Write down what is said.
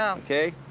um ok?